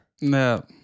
No